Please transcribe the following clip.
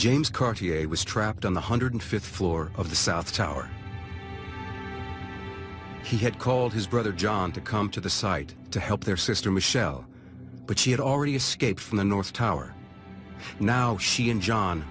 a was trapped on the hundred fifth floor of the south tower he had called his brother john to come to the site to help their sister michelle but she had already escaped from the north tower now she and john